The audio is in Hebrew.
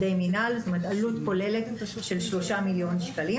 עובדי מינהל שזה או מר עלות כוללת של שלושה מיליון שקלים.